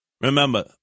Remember